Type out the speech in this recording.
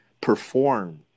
perform